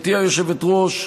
גברתי היושבת-ראש,